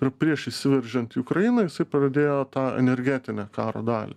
ir prieš įsiveržiant į ukrainą jisai pradėjo tą energetinę karo dalį